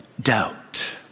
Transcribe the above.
Doubt